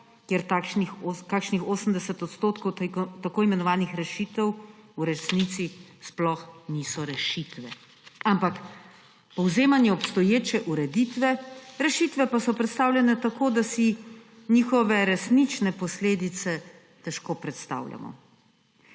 kjer kakšnih 80 % tako imenovanih rešitev v resnici sploh ni rešitev, ampak povzemanje obstoječe ureditve, rešitve pa so predstavljene tako, da si njihove resnične posledice težko predstavljamo.